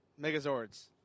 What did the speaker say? Megazords